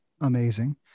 Amazing